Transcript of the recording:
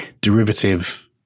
derivative